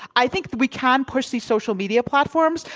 i think we can push these social media platforms.